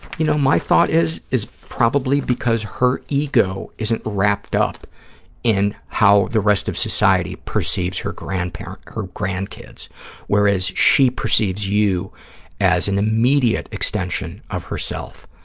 you know, my thought is, it's probably because her ego isn't wrapped up in how the rest of society perceives her grandkids her grandkids whereas she perceives you as an immediate extension of herself,